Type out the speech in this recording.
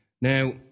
Now